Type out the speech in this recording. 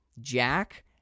Jack